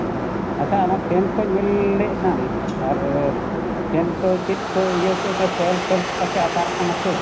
ᱟᱪᱪᱷᱟ ᱚᱱᱟ ᱯᱷᱮᱱ ᱠᱚ ᱧᱮᱞ ᱞᱮ ᱮᱱᱟᱝ ᱟᱨ ᱯᱷᱮᱱ ᱠᱚ ᱪᱮᱫ ᱠᱚ ᱤᱭᱟᱹ ᱪᱮ ᱠᱚᱭᱮᱞ ᱯᱷᱚᱭᱮᱞ ᱠᱚ ᱯᱟᱪᱮᱫ ᱟᱛᱟᱨ ᱠᱟᱱᱟ ᱪᱮ